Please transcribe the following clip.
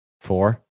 Four